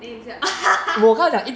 then 你就 ah